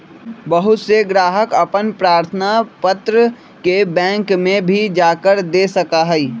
बहुत से ग्राहक अपन प्रार्थना पत्र के बैंक में भी जाकर दे सका हई